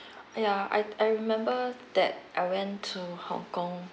ya I I remember that I went to hong kong